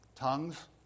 Tongues